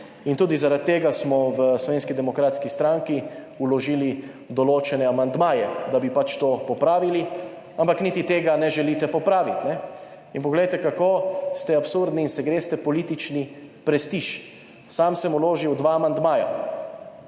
in tudi zaradi tega smo v Slovenski demokratski stranki vložili določene amandmaje, da bi pač to popravili, ampak niti tega ne želite popraviti. In poglejte, kako ste absurdni in se greste politični prestiž. Sam sem vložil dva amandmaja,